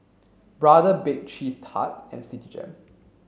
Brother Bake Cheese Tart and Citigem